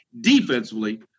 defensively